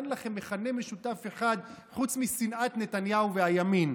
אין לכם מכנה משותף אחד חוץ משנאת נתניהו והימין.